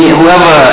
whoever